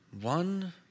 One